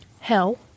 Hell